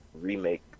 remake